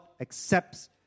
accepts